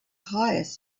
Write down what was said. highest